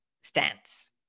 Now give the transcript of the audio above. stance